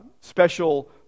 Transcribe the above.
special